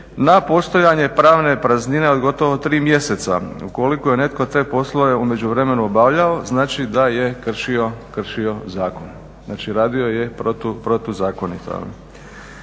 na postojanje pravne praznine od gotovo tri mjeseca ukoliko je netko te poslove u međuvremenu obavljao, znači da je kršio zakon. Znači, radio je protuzakonito.